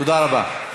תודה רבה.